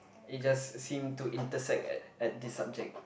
it just seem to intersect at at this subject